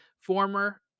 Former